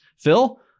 Phil